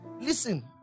listen